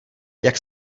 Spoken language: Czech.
jak